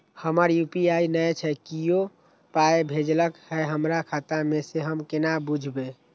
हमरा यू.पी.आई नय छै कियो पाय भेजलक यै हमरा खाता मे से हम केना बुझबै?